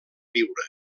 viure